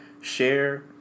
share